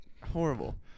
horrible